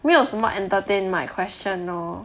没有什么 entertain my question orh